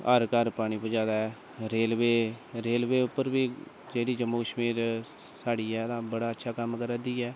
हर घर पानी पजाए दा ऐ रेलवे उप्पर बी जेह्ड़ी जम्मू कश्मीर सरकार बड़ा अच्छा कम्म करै दी ऐ